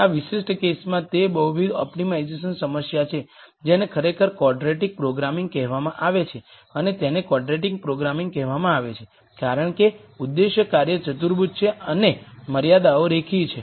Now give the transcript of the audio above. આ વિશિષ્ટ કેસમાં તે બહુવિધ ઓપ્ટિમાઇઝેશન સમસ્યા છે જેને ખરેખર ક્વોડ્રેટીક પ્રોગ્રામિંગ કહેવામાં આવે છે અને તેને ક્વોડ્રેટીક પ્રોગ્રામિંગ કહેવામાં આવે છે કારણ કે ઉદ્દેશ્ય કાર્ય ચતુર્ભુજ છે અને મર્યાદાઓ રેખીય છે